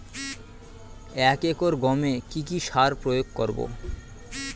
এক একর গমে কি কী সার প্রয়োগ করব?